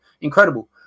Incredible